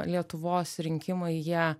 lietuvos rinkimai jie